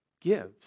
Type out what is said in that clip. gives